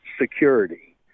Security